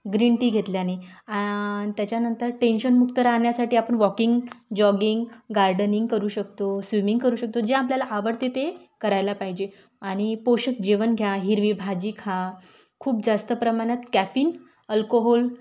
green tea घेतल्याने त्याच्यानंतर टेन्शनमुक्त राहण्यासाठी आपण वॉकिंग जॉगिंग गार्डनिंग करू शकतो स्विमिंग करू शकतो जे आपल्याला आवडते ते करायला पाहिजे आणि पोषक जेवण घ्या हिरवी भाजी खा खूप जास्त प्रमाणात कॅफिन अल्कोहोल